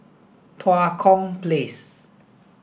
Tua Kong Place